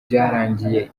byarangiye